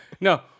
No